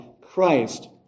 Christ